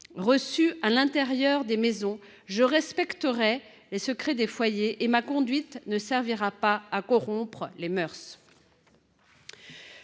Reçu à l’intérieur des maisons, je respecterai les secrets des foyers et ma conduite ne servira pas à corrompre les mœurs. »